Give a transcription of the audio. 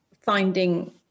finding